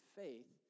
faith